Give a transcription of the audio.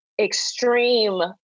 extreme